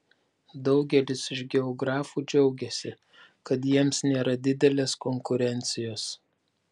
daugelis iš geografų džiaugiasi kad jiems nėra didelės konkurencijos